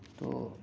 تو